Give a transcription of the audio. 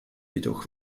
jedoch